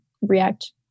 React